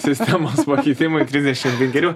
sistemos pakeitimai trisdešim penkerių